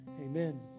amen